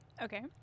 Okay